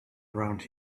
around